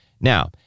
Now